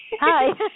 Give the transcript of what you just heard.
hi